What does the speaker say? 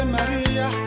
Maria